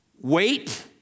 wait